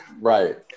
Right